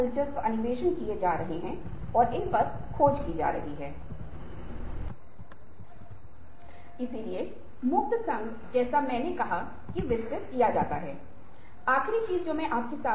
तो ये वास्तव में कुछ तरीके हैं यह इस बात पर निर्भर करता है कि किस स्थिति में क्या अधिक उपयुक्त होगा जो हमें तय करना है लेकिन ये हमारे रिश्तों को बनाए रखने और आगे बढ़ाने के तरीके हैं